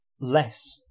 less